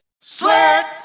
Sweat